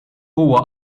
huwa